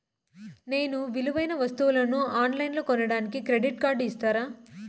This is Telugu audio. నేను విలువైన వస్తువులను ఆన్ లైన్లో కొనడానికి క్రెడిట్ కార్డు ఇస్తారా?